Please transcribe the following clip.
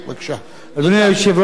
חברי חברי הכנסת,